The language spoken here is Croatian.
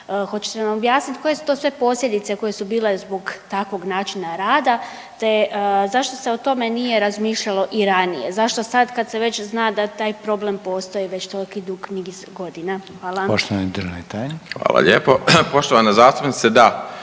Hoćete nam objasnit koje su to sve posljedice koje su bile zbog takvog načina rada te zašto se o tome nije razmišljalo i ranije? Zašto sad kad se već zna da taj problem postoji već toliki dugi niz godina? **Reiner, Željko (HDZ)** Poštovani državni tajnik. **Jelić, Dragan** Hvala lijepo. Poštovana zastupnica da,